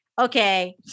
Okay